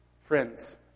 Friends